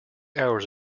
hours